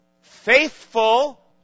faithful